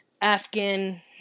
Afghan